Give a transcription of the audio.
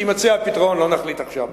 יימצא הפתרון, לא נחליט עכשיו.